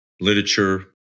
literature